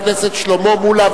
סיוע ריאלי בשכר דירה),